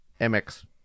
mx